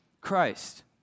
Christ